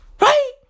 Right